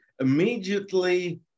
immediately